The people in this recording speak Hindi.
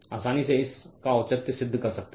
आसानी से इस का औचित्य सिद्ध कर सकते हैं